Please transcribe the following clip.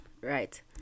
right